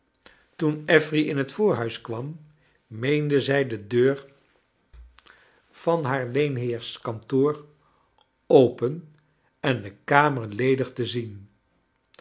toen affery in het voorhuis kwam meende zij de deur van haar leenheer's kantoor open en de kamer ledig te zien